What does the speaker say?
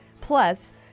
Plus